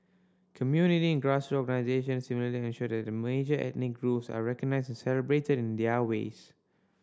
community and grassroot organisations similarly ensure that the major ethnic groups are recognised and celebrated in their ways